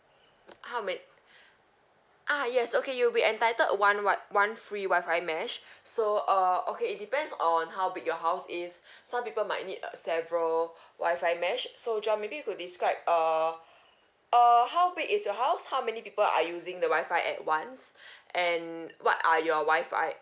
how man~ ah yes okay you'll be entitled one [what] one free Wi-Fi mesh so err okay it depends on how big your house is some people might need uh several Wi-Fi mesh so john maybe you could describe err err how big is your house how many people are using the Wi-Fi at once and what are your Wi-Fi